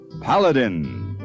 Paladin